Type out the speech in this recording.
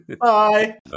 Bye